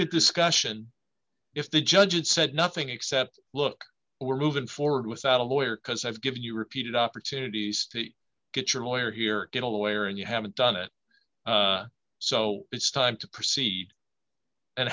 good discussion if the judge and said nothing except look we're moving forward without a lawyer cause i've given you repeated opportunities to get your lawyer here get a lawyer and you haven't done it so it's time to proceed and